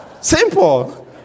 Simple